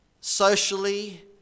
socially